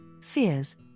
fears